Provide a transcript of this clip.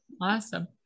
awesome